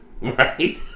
right